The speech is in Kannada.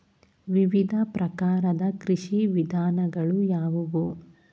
ವಿವಿಧ ಪ್ರಕಾರದ ಕೃಷಿ ವಿಧಾನಗಳು ಯಾವುವು?